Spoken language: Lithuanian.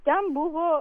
ten buvo